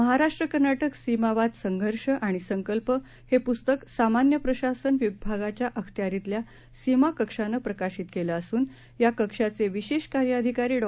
महाराष्ट्रकर्नाटकसीमावाद संघर्षआणिसंकल्पहेपुस्तकसामान्यप्रशासनविभागाच्याअखत्यारितल्यासीमाकक्षानंप्रका शितकेलंअसून याकक्षाचेविशेषकार्यअधिकारीडॉ